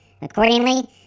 Accordingly